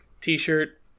t-shirt